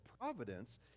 providence